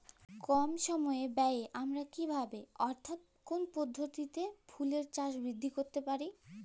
কম সময় ব্যায়ে আমরা কি ভাবে অর্থাৎ কোন পদ্ধতিতে ফুলের চাষকে বৃদ্ধি করতে পারি?